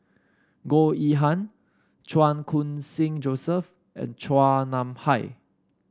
Goh Yihan Chan Khun Sing Joseph and Chua Nam Hai